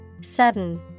Sudden